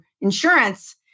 insurance